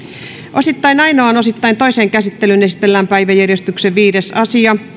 osittain ainoaan osittain toiseen käsittelyyn esitellään päiväjärjestyksen viides asia